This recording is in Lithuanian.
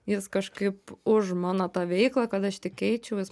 jis kažkaip už mano tą veiklą kad aš tik eičiau jis